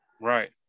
Right